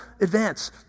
advance